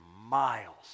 miles